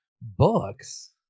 Books